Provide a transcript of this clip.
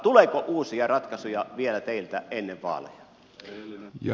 tuleeko uusia ratkaisuja vielä teiltä ennen vaaleja